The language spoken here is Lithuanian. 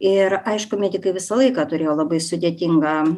ir aišku medikai visą laiką turėjo labai sudėtingą